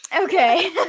Okay